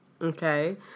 Okay